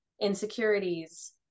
insecurities